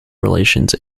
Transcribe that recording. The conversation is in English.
relations